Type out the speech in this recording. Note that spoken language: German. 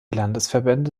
landesverbände